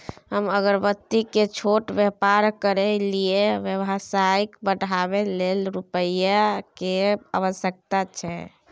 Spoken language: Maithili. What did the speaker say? हम अगरबत्ती के छोट व्यापार करै छियै व्यवसाय बढाबै लै रुपिया के आवश्यकता छै?